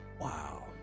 Wow